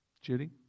Judy